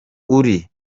uri